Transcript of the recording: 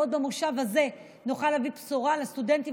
ועוד במושב הזה נוכל להביא בשורה לסטודנטים